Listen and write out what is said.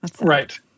Right